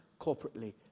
corporately